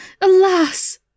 alas